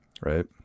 Right